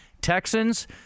Texans